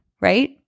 right